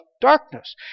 darkness